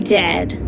dead